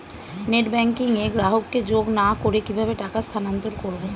Net banking এ গ্রাহককে যোগ না করে কিভাবে টাকা স্থানান্তর করব?